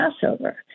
Passover